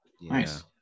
Nice